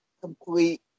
complete